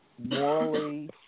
Morally